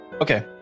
Okay